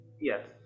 Yes